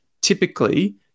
typically